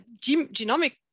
genomic